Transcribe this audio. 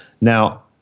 Now